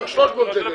300 שקל,